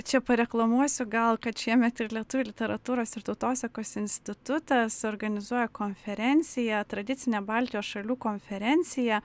čia pareklamuosiu gal kad šiemet ir lietuvių literatūros ir tautosakos institutas organizuoja konferenciją tradicinę baltijos šalių konferenciją